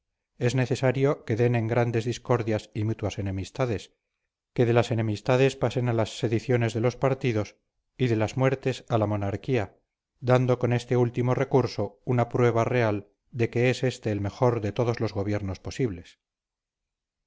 es necesario que den en grandes discordias y mutuas enemistades que de las enemistades pasen a las sediciones de los partidos y de las muertes a la monarquía dando con este último recurso una prueba real de que es este el mejor de todos los gobiernos posibles